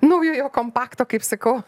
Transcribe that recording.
naujojo kompakto kaip sakau